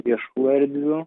viešų erdvių